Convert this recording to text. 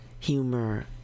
Humor